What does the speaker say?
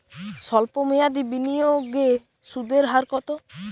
সল্প মেয়াদি বিনিয়োগে সুদের হার কত?